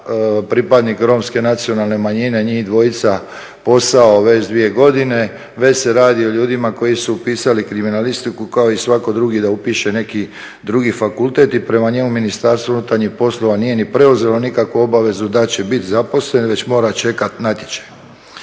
pripadnik romske nacionalne manjine, njih dvojica posao već dvije godine, već se radi o ljudima koji su upisali kriminalistiku kao i svako drugi da upiše neki drugi fakultet i prema njemu MUP nije ni preuzelo nikakvu obavezu da će biti zaposlen već mora čekati natječaj.